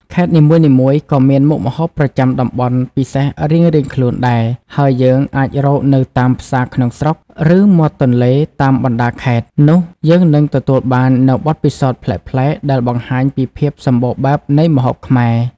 ខេត្តនីមួយៗក៏មានមុខម្ហូបប្រចាំតំបន់ពិសេសរៀងៗខ្លួនដែរ ហើយយើងអាចរកនៅតាម ផ្សារក្នុងស្រុក ឬ មាត់ទន្លេ តាមបណ្ដាខេត្ត នោះយើងនឹងទទួលបាននូវបទពិសោធន៍ប្លែកៗ ដែលបង្ហាញពីភាពសម្បូរបែបនៃម្ហូបខ្មែរ ។